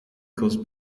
caused